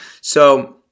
So-